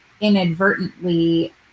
inadvertently